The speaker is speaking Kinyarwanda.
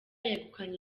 yegukanye